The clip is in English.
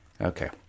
okay